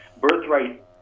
birthright